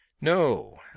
No